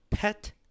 Pet